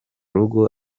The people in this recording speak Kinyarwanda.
rugo